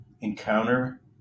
encounter